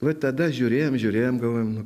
va tada žiūrėjom žiūrėjom galvojom nu